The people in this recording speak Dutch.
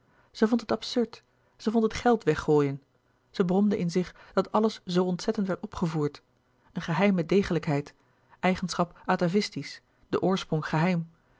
zij vond het absurd zij vond het geld weggooien zij bromde in zich dat alles zoo ontzettend werd opgevoerd een geheime degelijkheid eigenschap atavistisch den oorsprong geheim